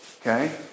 Okay